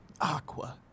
Aqua